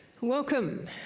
Welcome